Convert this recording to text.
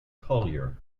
collier